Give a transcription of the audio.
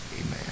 Amen